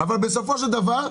אבל בסופו של דבר,